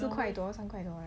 四块多三块多 right